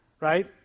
right